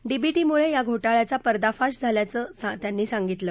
डीबीटीमुळे या घोटाळ्याचा पर्दाफाश झाला असल्याचं त्यांनी सांगितलं